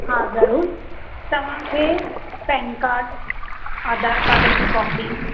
हा ज़रूरु तव्हांखे पैन काड आधार काड जी कॉपी